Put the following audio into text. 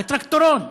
בטרקטורון,